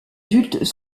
adultes